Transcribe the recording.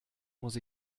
muss